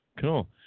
cool